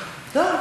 שאנחנו,